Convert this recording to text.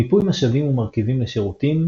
מיפוי משאבים ומרכיבים לשירותים,